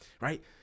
right